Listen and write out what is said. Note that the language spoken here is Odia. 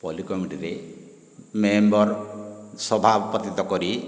ପଲ୍ଲି କମିଟିରେ ମେମ୍ବର ସଭା ଉପତିତ କରି